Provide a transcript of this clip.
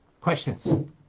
Questions